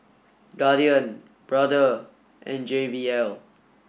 Guardian Brother and J B L